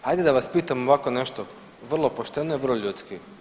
Ajde da vas pitam ovako nešto, vrlo pošteno i vrlo ljudski.